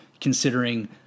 considering